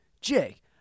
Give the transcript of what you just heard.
Jake